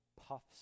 puffs